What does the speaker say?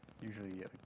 Usually